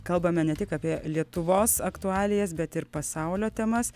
kalbame ne tik apie lietuvos aktualijas bet ir pasaulio temas